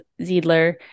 Ziedler